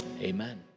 Amen